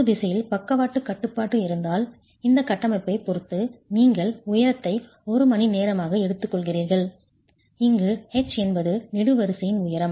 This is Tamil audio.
ஒரு திசையில் பக்கவாட்டு கட்டுப்பாடு இருந்தால் இந்த கட்டமைப்பைப் பொறுத்து நீங்கள் உயரத்தை 1 மணிநேரமாக எடுத்துக்கொள்கிறீர்கள் இங்கு h என்பது நெடுவரிசையின் உயரம்